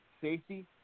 safety